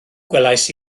gwelais